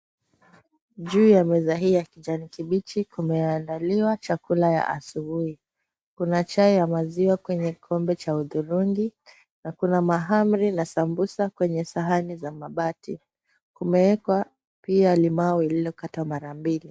Juu ya meza hii ya kijani kibichi kumeandaliwa chakula ya asubui. Kuna chai ya maziwa kwenye kikombe cha hudhurungi na kuna mahamri na sambusa kwenye sahani za mabati. Kumeekwa pia limau lililokatwa mara mbili.